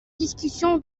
discussion